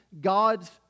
God's